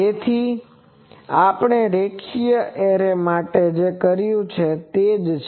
તેથી તે આપણે રેખીય એરે માટે જે કર્યું છે તે જ છે